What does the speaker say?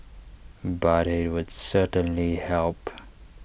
but IT would certainly help